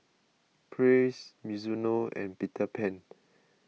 Praise Mizuno and Peter Pan